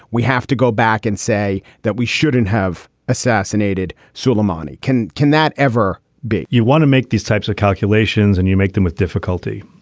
we have to go back and say that we shouldn't have assassinated suleimani can can that ever be you want to make these types of calculations and you make them with difficulty?